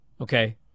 Okay